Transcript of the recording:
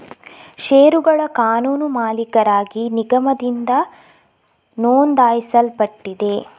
ಷೇರುಗಳ ಕಾನೂನು ಮಾಲೀಕರಾಗಿ ನಿಗಮದಿಂದ ನೋಂದಾಯಿಸಲ್ಪಟ್ಟಿದೆ